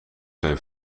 zijn